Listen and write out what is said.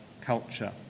culture